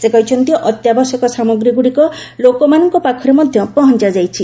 ସେ କହିଛନ୍ତି ଅତ୍ୟାବଶ୍ୟକ ସାମଗ୍ରୀଗୁଡ଼ିକ ଲୋକମାନଙ୍କ ପାଖରେ ମଧ୍ୟ ପହଞ୍ଚାଯାଇଛି